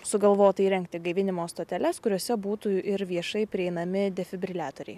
sugalvota įrengti gaivinimo stoteles kuriose būtų ir viešai prieinami defibriliatoriai